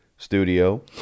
studio